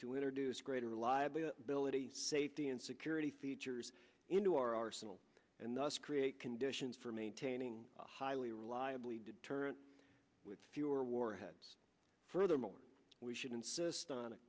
to introduce greater reliably the ability safety and security features into our arsenal and thus create conditions for maintaining a highly reliably deterrent with fewer warheads furthermore we should insist on a